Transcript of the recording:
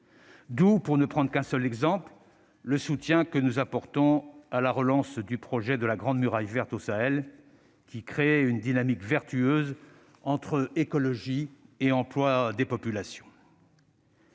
D'où, pour ne prendre qu'un seul exemple, le soutien que nous apportons à la relance du projet de la « grande muraille verte » au Sahel, qui crée une dynamique vertueuse entre écologie et emploi des populations.